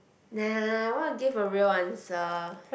nah I want to give a real answer